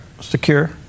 secure